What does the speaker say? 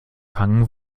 fangen